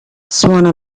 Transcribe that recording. suona